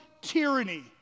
tyranny